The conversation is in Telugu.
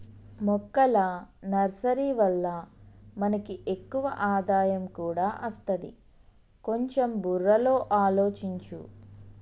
మొక్కల నర్సరీ వల్ల మనకి ఎక్కువ ఆదాయం కూడా అస్తది, కొంచెం బుర్రలో ఆలోచించు